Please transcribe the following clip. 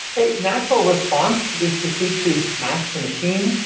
a natural response is to seek to smash the machine,